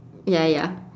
ya ya